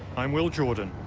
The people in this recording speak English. i'm will jordan.